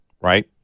right